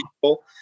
people